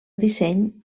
disseny